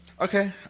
Okay